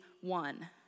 one